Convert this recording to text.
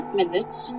minutes